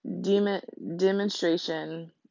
demonstration